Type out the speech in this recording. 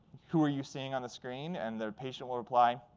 who are you seeing on the screen? and the patient will reply,